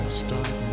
start